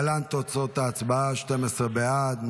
להלן תוצאות ההצבעה: 12 בעד,